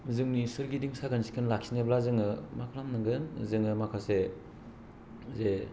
जोंनि सोरगिदिं साखोन सिखोन लाखिनोब्ला जोङो मा खालामनांगोन जोङो माखासे जे